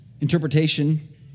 interpretation